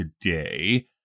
today